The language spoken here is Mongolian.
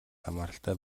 хамааралтай